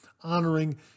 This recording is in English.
honoring